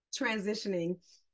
transitioning